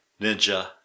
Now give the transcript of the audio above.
ninja